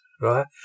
right